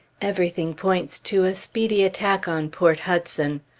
everything points to a speedy attack on port hudson.